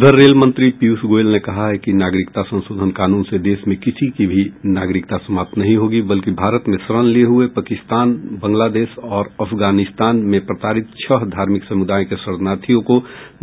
उधर रेल मंत्री पीयूष गोयल ने कहा है कि नागरिकता संशोधन कानून से देश में किसी की भी नागरिकता समाप्त नहीं होगी बल्कि भारत में शरण लिए हुए पाकिस्तान बांग्लादेश और अफगानिस्तान में प्रताडित छह धार्मिक समुदाय के शरणार्थियों को